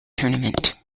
tournament